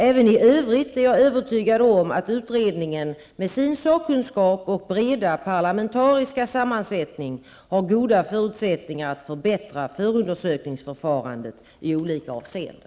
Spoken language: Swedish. Även i övrigt är jag övertygad om att utredningen, med sin sakkunskap och breda parlamentariska sammansättning, har goda förutsättningar att förbättra förundersökningsförfarandet i olika avseenden.